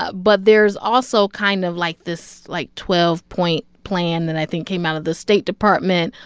ah but there's also kind of like this, like, twelve point plan that i think came out of the state department,